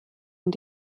und